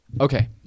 Okay